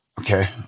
okay